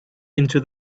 into